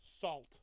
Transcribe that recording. Salt